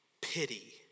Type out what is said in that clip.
Pity